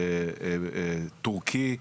טורקי,